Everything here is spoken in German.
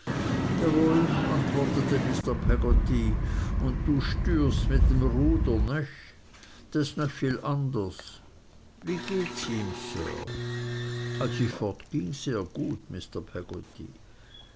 antwortete mr peggotty un du stüerst mit en rudder nöch dat s nöch veel anners wie gehts ihm sir als ich fortging sehr gut